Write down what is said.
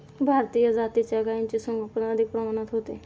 भारतीय जातीच्या गायींचे संगोपन अधिक प्रमाणात होते